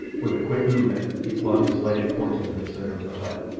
with a quick movement he flung his lighted torch into the centre of the hut.